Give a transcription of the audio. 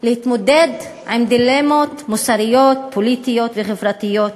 להתמודד עם דילמות מוסריות פוליטיות וחברתיות.